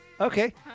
Okay